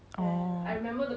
oh